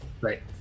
right